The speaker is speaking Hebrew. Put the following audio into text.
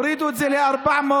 והורידו את זה ל-400.